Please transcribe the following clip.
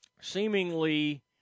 seemingly